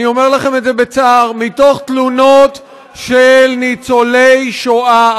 אני אומר לכם את זה בצער מתוך תלונות של ניצולי שואה,